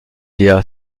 dea